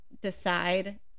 decide